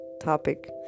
topic